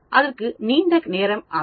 அதற்கு நீண்ட நேரம் ஆகலாம்